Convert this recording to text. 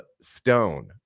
stone